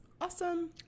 awesome